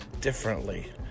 differently